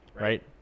right